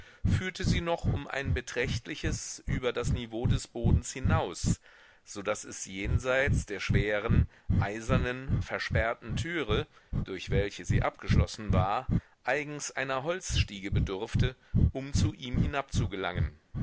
führte sie noch um ein beträchtliches über das niveau des bodens hinaus so daß es jenseits der schweren eisernen versperrten türe durch welche sie abgeschlossen war eigens einer holzstiege bedurfte um zu ihm